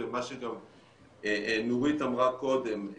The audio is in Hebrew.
למה שנורית אמרה קודם.